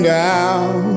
down